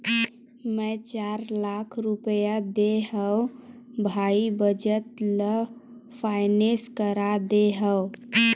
मै चार लाख रुपया देय हव भाई बचत ल फायनेंस करा दे हँव